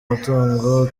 umutungo